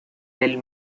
del